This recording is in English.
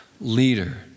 leader